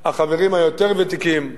החברים היותר-ותיקים,